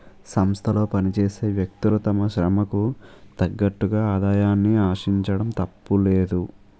సంస్థలో పనిచేసే వ్యక్తులు తమ శ్రమకు తగ్గట్టుగా ఆదాయాన్ని ఆశించడం తప్పులేదు